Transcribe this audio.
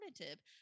alternative